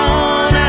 on